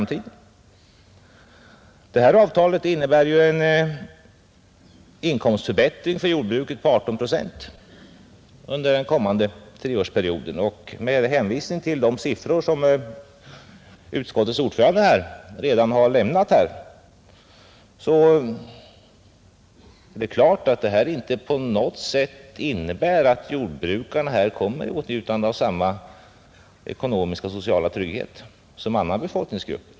Avtalet innebär ju en inkomstförbättring för jordbruket på 18 procent under den kommande treårsperioden, och mot bakgrund av de siffror som utskottets ordförande redan har lämnat är det klart att förbättringen inte på något sätt innebär att jordbrukarna kommer i åtnjutande av samma ekonomiska och sociala trygghet som andra befolkningsgrupper.